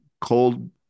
cold